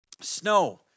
snow